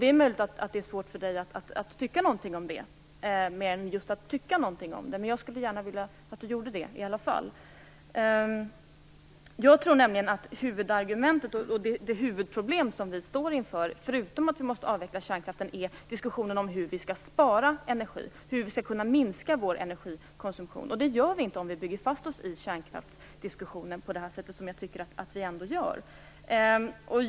Det är möjligt att det är svårt för honom att tycka någonting särskilt om detta, men jag skulle gärna vilja höra det i alla fall. Jag tror nämligen att huvudargumentet och det huvudproblem vi står inför - förutom att vi måste avveckla kärnkraften - är diskussionen om hur vi skall spara energi och hur vi skall kunna minska vår energikonsumtion. Det gör vi inte om vi bygger fast oss i kärnkraftsdiskussionen på det sätt jag tycker att vi ändå gör.